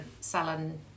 salon